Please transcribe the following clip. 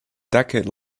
decade